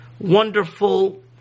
wonderful